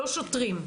לא שוטרים.